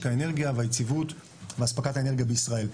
האנרגיה והיציבות באספקת האנרגיה בישראל.